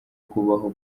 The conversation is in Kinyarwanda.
kubaho